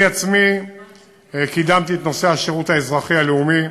אני עצמי קידמתי את נושא השירות האזרחי הלאומי,